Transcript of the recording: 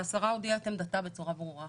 והשרה הודיעה את עמדתה בצורה ברורה